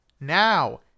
Now